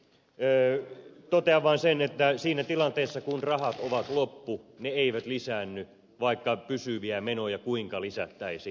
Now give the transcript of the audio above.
totean vain sen että siinä tilanteessa kun rahat ovat loppu ne eivät lisäänny vaikka pysyviä menoja kuinka lisättäisiin